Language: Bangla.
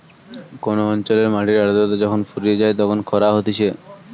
কোন অঞ্চলের মাটির আদ্রতা যখন ফুরিয়ে যায় তখন খরা হতিছে